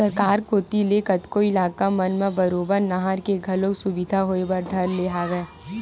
सरकार कोती ले कतको इलाका मन म बरोबर नहर के घलो सुबिधा होय बर धर ले हवय